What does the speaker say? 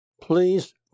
Please